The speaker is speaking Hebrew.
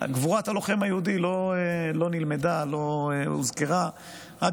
גבורת הלוחם היהודי לא נלמדה ולא הוזכרה עד